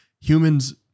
humans